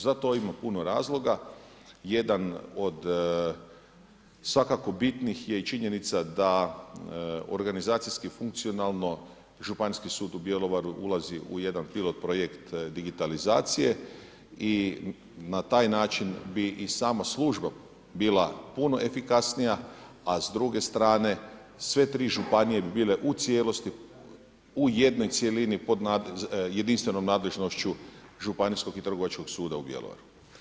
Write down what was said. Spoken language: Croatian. Zato ima puno razloga, jedan od svakako bitnih je i činjenica da organizacijski funkcionalno Županijski sud u Bjelovaru ulazi u jedan pilot projekt digitalizacije i na taj način bi i sama služba bila puno efikasnija, a s druge strane sve tri županije bi bile u cijelosti u jednoj cjelini pod jedinstvenom nadležnošću Županijskog i Trgovačkog suda u Bjelovaru.